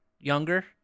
younger